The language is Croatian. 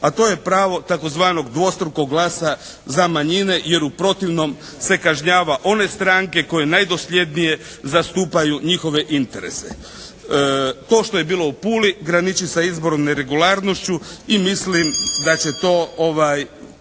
a to je pravo tzv. dvostrukog glasa za manjine jer u protivnom se kažnjava one stranke koje najdosljednije zastupaju njihove interese. To što je bilo u Puli graniči sa izbornom neregularnošću i mislim da će to,